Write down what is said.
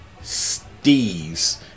Stees